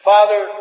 Father